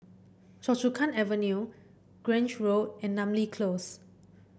Choa Chu Kang Avenue Grange Road and Namly Close